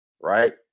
right